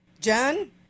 john